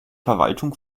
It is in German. verwaltung